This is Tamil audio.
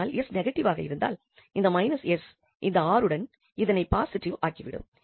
ஆனால் 𝑠 நெகடிவாக இருந்தால் இந்த −𝑠 இந்த 𝑅 உடன் இதனை பாசிட்டிவ் ஆக்கிவிடும்